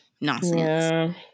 nonsense